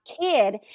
kid